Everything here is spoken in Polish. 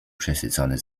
przesycony